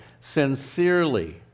sincerely